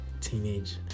teenage